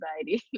anxiety